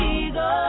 ego